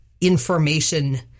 information